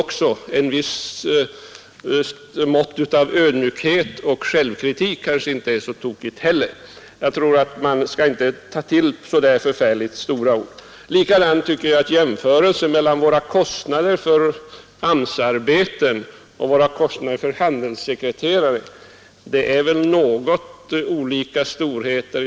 Ett visst mått av ödmjukhet och självkritik kanske inte heller är så tokigt. Man skall inte ta till så där förfärligt stora ord. Likadant tycker jag om jämförelsen mellan våra kostnader för AMS-arbeten och våra kostnader för handelssekreterare. Det är väl något olika storheter.